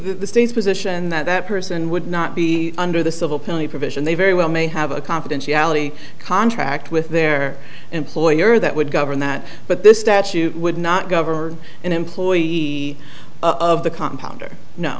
the state's position that that person would not be under the civil penalty provision they very well may have a confidentiality contract with their employer that would govern that but this statute would not cover an employee of the compound or no